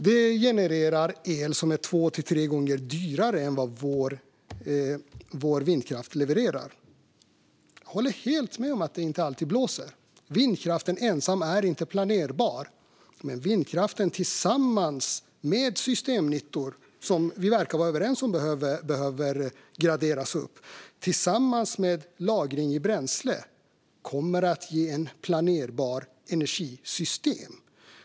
Det genererar el som är två till tre gånger dyrare än vår vindkraft. Jag håller helt med om att det inte alltid blåser. Vindkraften ensam är inte planerbar. Men tillsammans med systemnyttor, som vi verkar vara överens om behöver graderas upp, och lagring i bränsle kommer den att ge ett planerbart energisystem.